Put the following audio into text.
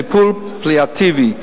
טיפול פליאטיבי.